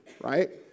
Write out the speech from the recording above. right